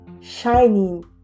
shining